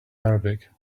arabic